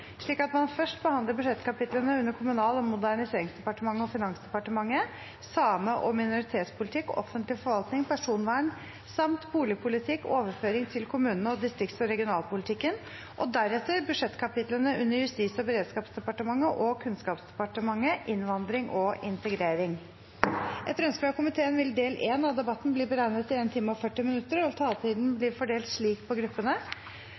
slik at man først behandler budsjettkapitlene under Kommunal- og moderniseringsdepartementet og Finansdepartementet om same- og minoritetspolitikk, offentlig forvaltning, personvern samt boligpolitikk, overføring til kommunene og distrikts- og regionalpolitikken, og deretter budsjettkapitlene under Justis- og beredskapsdepartementet og Kunnskapsdepartementet om innvandring og integrering. Etter ønske fra komiteen vil del 1 av debatten bli begrenset til 1 time og 40 minutter, og taletiden blir fordelt slik på gruppene: